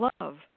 love